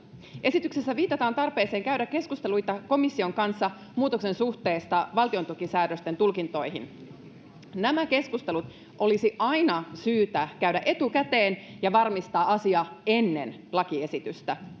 esityksessä viitataan tarpeeseen käydä keskusteluita komission kanssa muutoksen suhteesta valtiontukisäädösten tulkintoihin nämä keskustelut olisi aina syytä käydä etukäteen ja varmistaa asia ennen lakiesitystä